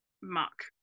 Mark